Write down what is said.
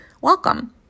Welcome